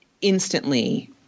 instantly